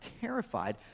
terrified